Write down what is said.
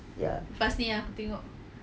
ya